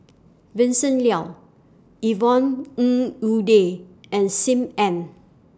Vincent Leow Yvonne Ng Uhde and SIM Ann